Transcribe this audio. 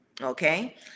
Okay